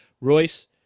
Royce